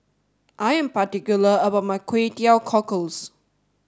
I am particular about my Kway Teow Cockles